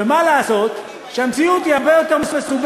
ומה לעשות שהמציאות היא הרבה יותר מסובכת